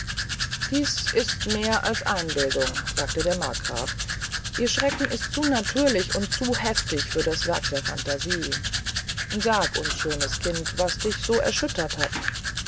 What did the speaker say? dies ist mehr als einbildung sagte der markgraf ihr schrecken ist zu natürlich und zu heftig für ein werk der phantasie sag uns schönes kind was dich so sehr erschüttert hat